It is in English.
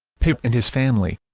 pip and his family